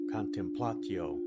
contemplatio